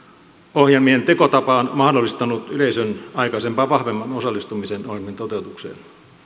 ohjelmien tekotapa on mahdollistanut yleisön aikaisempaa vahvemman osallistumisen ohjelmien toteutukseen